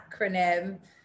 acronym